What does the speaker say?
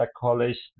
college